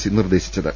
C നിർദേശിച്ചത്